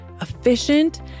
efficient